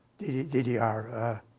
DDR